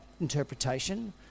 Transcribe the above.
interpretation